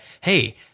hey